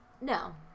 no